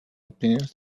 opinions